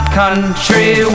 country